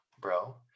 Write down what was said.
bro